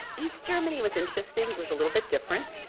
east germany was interesting. it was a little bit different.